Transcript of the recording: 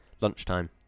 Lunchtime